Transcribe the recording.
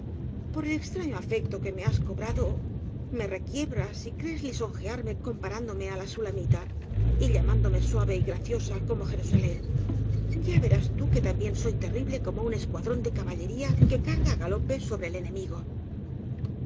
por el extraño afecto que me has cobrado me requie bras y crees lisonjearme comparándome á la sulamita y llamándome suave y graciosa como jerusalén ya verás tú que también soy terrible como un escuadrón de caballería que carga á galope soore el enemigo